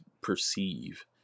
perceive